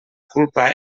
culpa